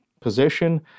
position